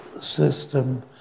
system